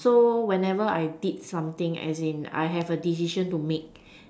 so whenever I did something as in I have a decision to make